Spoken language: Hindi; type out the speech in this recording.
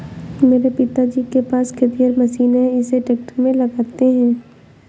मेरे पिताजी के पास खेतिहर मशीन है इसे ट्रैक्टर में लगाते है